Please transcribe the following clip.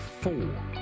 Four